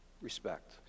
respect